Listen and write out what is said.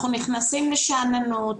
אנחנו נכנסים לשאננות.